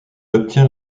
obtient